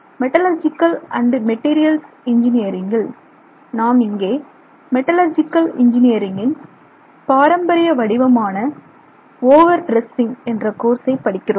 metallurgical and materials என்ஜினீரிங்கில் நாம் இங்கே மெட்டலர்ஜிக்கல் என்ஜினீரிங்கின் பாரம்பரிய வடிவமான ஓவர் ட்ரெஸ்ஸிங் என்ற கோர்ஸைப் படிக்கிறோம்